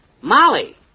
Molly